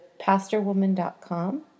pastorwoman.com